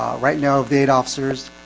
right now of eight officers,